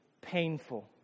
painful